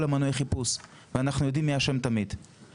מנועי החיפוש ואנחנו יודעים מי אשם תמיד,